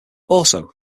also